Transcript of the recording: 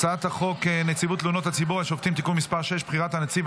הצעת חוק נציב תלונות הציבור על שופטים (תיקון מס' 6) (בחירת הנציב),